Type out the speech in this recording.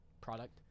product